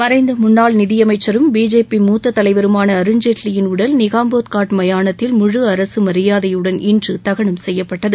மறைந்த முன்னாள் நிதி அமைச்சரும் பிஜேபி மூத்த தலைவருமான அருண் ஜெட்லியிள் உடல் நிகாம்போத் காட் மயாணத்தில் முழு அரசு மரியாதையுடன் இன்று தகனம் செய்யப்பட்டது